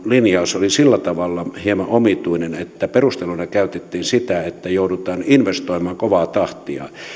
linjaus oli sillä tavalla hieman omituinen että perusteluina käytettiin sitä että joudutaan investoimaan kovaa tahtia